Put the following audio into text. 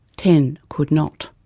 ten could not.